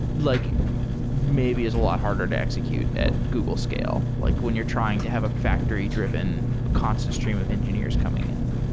like maybe is a lot harder to execute at google scale l like when you're trying to have a factory driven constant stream of engineers coming in.